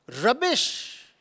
rubbish